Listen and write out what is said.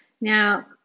Now